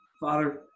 Father